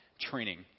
training